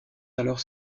alors